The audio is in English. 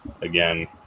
Again